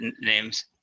names